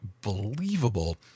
believable